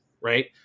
right